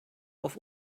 auf